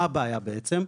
מה הבעיה בעצם?